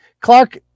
Clark